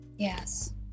yes